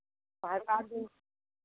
वहे काट देहो